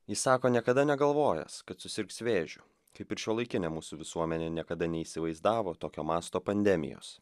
jis sako niekada negalvojęs kad susirgs vėžiu kaip ir šiuolaikinė mūsų visuomenė niekada neįsivaizdavo tokio masto pandemijos